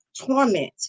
torment